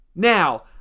Now